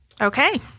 okay